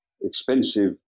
expensive